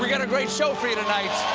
we've got a great show for you tonight.